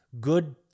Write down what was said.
Good